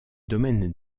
domaines